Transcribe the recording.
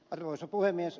arvoisa puhemies